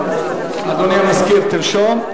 אדוני המזכיר, תרשום.